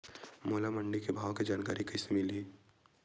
मोला मंडी के भाव के जानकारी कइसे मिलही?